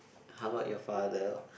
how about your father